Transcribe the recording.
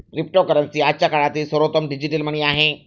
cryptocurrency आजच्या काळातील सर्वोत्तम डिजिटल मनी आहे